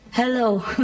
Hello